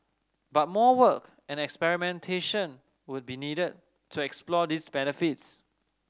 but more work and experimentation would be needed to explore these benefits